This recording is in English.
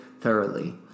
thoroughly